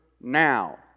now